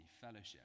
Fellowship